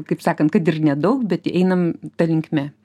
kaip sakant kad ir nedaug bet einam ta linkme